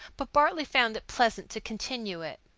but bartley found it pleasant to continue it.